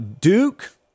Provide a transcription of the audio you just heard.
Duke